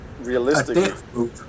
Realistically